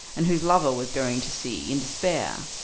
and whose lover was going to sea in despair.